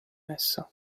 essa